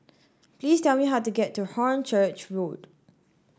please tell me how to get to Hornchurch Road